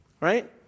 Right